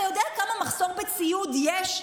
אתה יודע כמה מחסור בציוד יש בחזיתות?